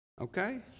okay